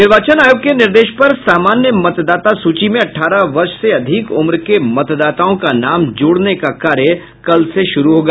निर्वाचन आयोग के निर्देश पर सामान्य मतदाता सूची में अठारह वर्ष से अधिक उम्र के मतदाताओं का नाम जोड़ने का कार्य कल से शुरू होगा